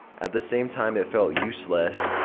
at the same time it felt useless.